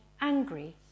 angry